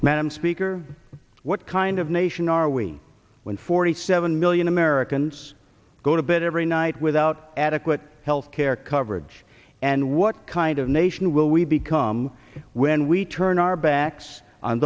madam speaker what kind of nation are we when forty seven million americans go to bed every night without adequate health care coverage and what kind of nation will we become when we turn our backs on